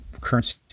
currency